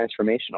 transformational